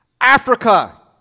Africa